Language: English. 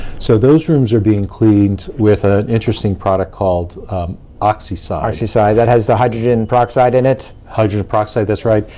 so those rooms are being cleaned with an interesting product called oxycide. oxycide, that has the hydrogen peroxide in it. hydrogen peroxide, that's right,